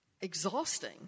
exhausting